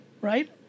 right